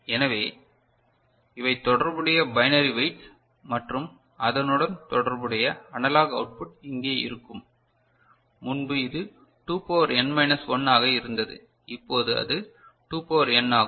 எனவே இவை தொடர்புடைய பைனரி வெயிட்ஸ் மற்றும் அதனுடன் தொடர்புடைய அனலாக் அவுட்புட் இங்கே இருக்கும் முன்பு இது 2 பவர் n மைனஸ் 1 ஆக இருந்தது இப்போது அது 2 பவர் n ஆகும்